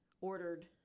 ordered